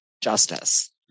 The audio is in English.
justice